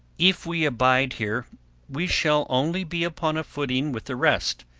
if we abide here we shall only be upon a footing with the rest,